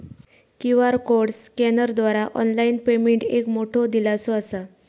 QR code स्कॅनरद्वारा online payment एक मोठो दिलासो असा